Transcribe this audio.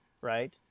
Right